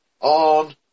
On